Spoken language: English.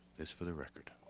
this for the record